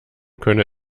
könne